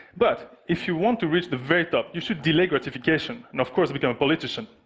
but if you want to reach the very top, you should delay gratification and, of course, become a politician.